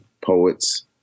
poets